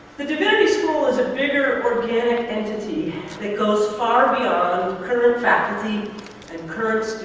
the divinity school is a bigger organic entity that goes far beyond current faculty and current